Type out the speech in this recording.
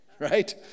right